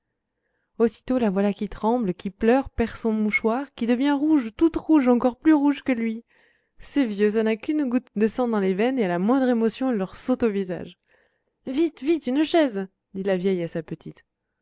aussitôt la voilà qui tremble qui pleure perd son mouchoir qui devient rouge toute rouge encore plus rouge que lui ces vieux ça n'a qu'une goutte de sang dans les veines et à la moindre émotion elle leur saute au visage vite vite une chaise dit la vieille à sa petite